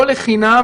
לא לחינם,